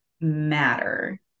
matter